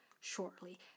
shortly